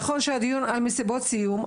נכון שהדיון על מסיבות סיום,